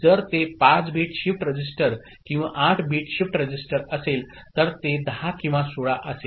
जर ते 5 bit shift register किंवा 8 बिट शिफ्ट रजिस्टर असेल तर ते 10 किंवा 16 असेल